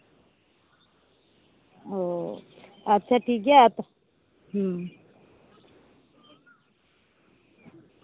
ᱚ ᱟᱪᱪᱷᱟ ᱴᱷᱤᱠᱜᱮᱭᱟ ᱦᱩᱸ